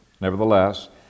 Nevertheless